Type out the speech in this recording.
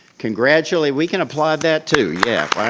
congratulations, we can applaud that too, yeah.